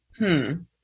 -hmm